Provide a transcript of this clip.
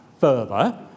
further